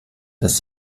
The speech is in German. dass